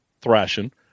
thrashing